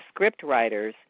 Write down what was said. scriptwriters